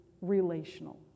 relational